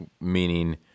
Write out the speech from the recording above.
meaning